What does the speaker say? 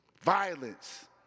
violence